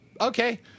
okay